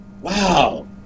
Wow